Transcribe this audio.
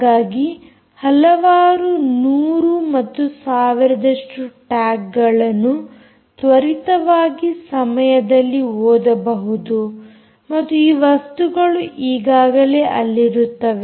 ಹಾಗಾಗಿ ಹಲವಾರು ನೂರು ಮತ್ತು ಸಾವಿರದಷ್ಟು ಟ್ಯಾಗ್ಗಳನ್ನು ತ್ವರಿತವಾದ ಸಮಯದಲ್ಲಿ ಓದಬಹುದು ಮತ್ತು ಈ ವಸ್ತುಗಳು ಈಗಾಗಲೇ ಅಲ್ಲಿರುತ್ತವೆ